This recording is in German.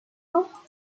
noch